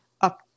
up